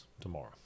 tomorrow